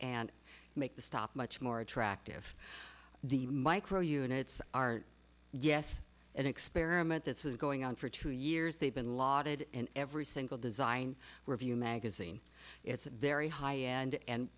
and make the stop much more attractive the micro units are yes an experiment this was going on for two years they've been lauded in every single design review magazine it's a very high end